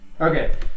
Okay